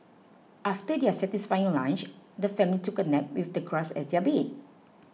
after their satisfying lunch the family took a nap with the grass as their bed